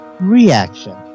reaction